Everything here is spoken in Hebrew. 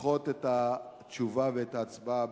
לדחות את התשובה ואת ההצבעה